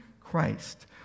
Christ